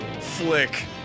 Flick